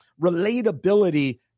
relatability